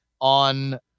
on